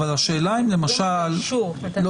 לא.